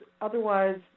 otherwise